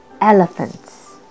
elephants